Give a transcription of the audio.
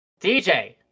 DJ